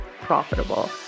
profitable